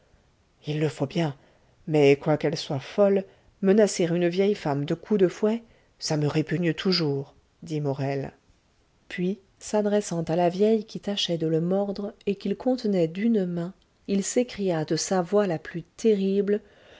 il le faut bien mais quoiqu'elle soit folle menacer une vieille femme de coups de fouet ça me répugne toujours dit morel puis s'adressant à la vieille qui tâchait de le mordre et qu'il contenait d'une main il s'écria de sa voix la plus terrible